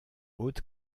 haute